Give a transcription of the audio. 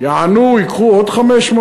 יענו, ייקחו עוד 500?